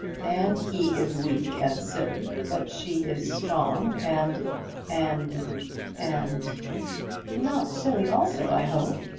and he is weak and silly, but she is strong and and and not silly also, i hope?